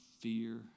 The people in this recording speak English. fear